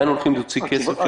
כן.